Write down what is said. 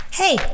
Hey